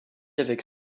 avec